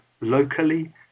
locally